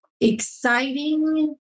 exciting